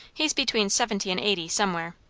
he's between seventy and eighty, somewhere.